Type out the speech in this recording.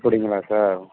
அப்படிங்களா சார்